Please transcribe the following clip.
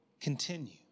continue